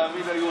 תאמין לי,